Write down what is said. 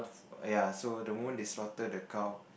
ya so the moment they slaughter the cow